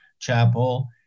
chapel